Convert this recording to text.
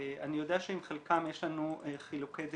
אני יודע שעם חלקם יש לנו חילוקי דעות.